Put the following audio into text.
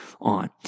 on